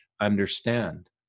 understand